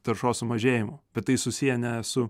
taršos sumažėjimu bet tai susiję ne su